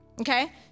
Okay